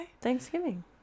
Thanksgiving